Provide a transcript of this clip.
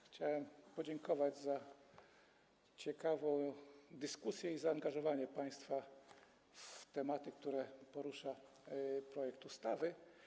Chciałem podziękować za ciekawą dyskusję i zaangażowanie państwa w tematy, które porusza projekt ustawy.